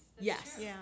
yes